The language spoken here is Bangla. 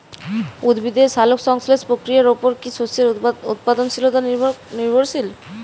উদ্ভিদের সালোক সংশ্লেষ প্রক্রিয়ার উপর কী শস্যের উৎপাদনশীলতা নির্ভরশীল?